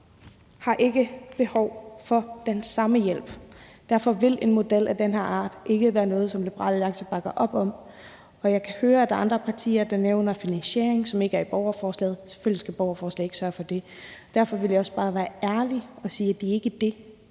har behov for den samme hjælp. Derfor vil en model af den her art ikke være noget, som Liberal Alliance bakker op om. Jeg kan høre, at der er andre partier, der nævner finansiering, hvilket ikke er en del af borgerforslaget. Selvfølgelig skal borgerforslag ikke sørge for det. Derfor vil jeg også bare være ærlig og sige, at det ikke er det,